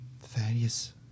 Thaddeus